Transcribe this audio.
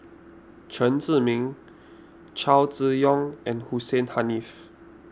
Chen Zhiming Chow Chee Yong and Hussein Haniff